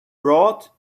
brought